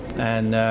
and